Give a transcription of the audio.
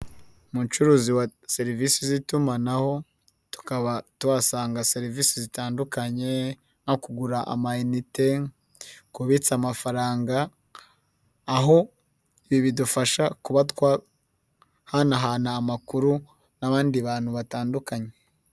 Umucuruzi wa serivisi z'itumanaho, tukaba tuhasanga serivisi zitandukanye nko kugura amayinite, kubitsa amafaranga, aho ibi bidufasha kuba twahanahana amakuru n'abandi bantu batandukanye.